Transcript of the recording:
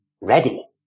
ready